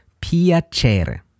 Piacere